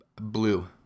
blue